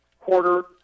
quarter